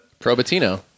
ProBatino